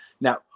now